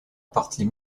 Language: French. partie